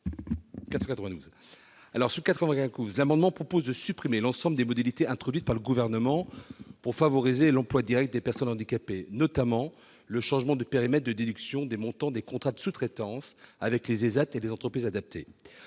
cet amendement. L'amendement n° 492 vise à supprimer l'ensemble des modalités introduites par le Gouvernement pour favoriser l'emploi direct des personnes handicapées, notamment le changement de périmètre de déduction des montants des contrats de sous-traitance avec les ESAT et les entreprises adaptées.